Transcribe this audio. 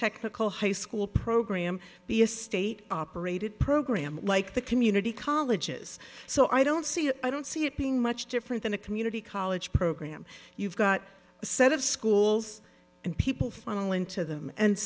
technical high school program be a state operated program like the community colleges so i don't see i don't see it being much different than a community college program you've got a set of schools and people funnel into them and